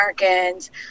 Americans